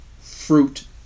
fruit